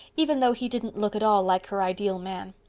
even though he didn't look at all like her ideal man.